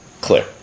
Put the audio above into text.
Clear